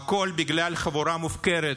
הכול בגלל חבורה מופקרת